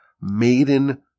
maiden